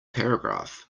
paragraph